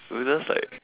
we just like